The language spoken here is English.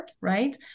right